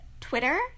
Twitter